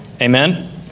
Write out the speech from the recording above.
Amen